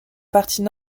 partie